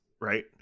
right